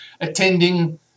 attending